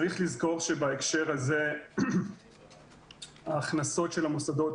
צריך לזכור שבהקשר הזה, ההכנסות של המוסדות